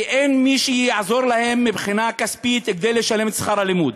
כי אין מי שיעזור להם מבחינה כספית לשלם את שכר הלימוד.